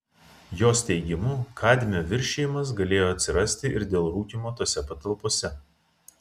jos teigimu kadmio viršijimas galėjo atsirasti ir dėl rūkymo tose patalpose